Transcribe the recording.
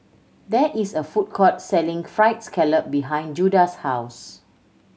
there is a food court selling Fried Scallop behind Judah's house